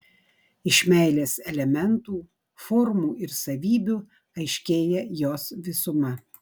iš meilės elementų formų ir savybių aiškėja jos visuma